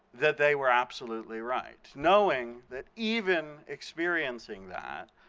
that they were absolutely right. knowing that even experiencing that,